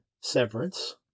severance